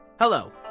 Hello